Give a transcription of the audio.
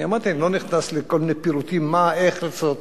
אמרתי שאני לא נכנס לכל מיני פירוטים של מה ואיך לעשות.